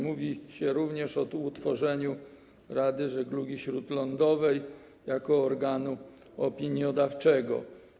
Mówi się również o utworzeniu Rady Żeglugi Śródlądowej jako organu opiniodawczego.